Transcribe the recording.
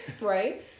right